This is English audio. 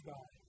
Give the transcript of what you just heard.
God